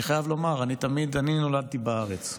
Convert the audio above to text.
אני חייב לומר, אני נולדתי בארץ,